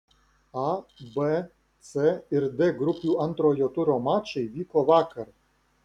a b c ir d grupių antrojo turo mačai vyko vakar